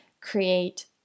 create